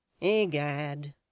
Egad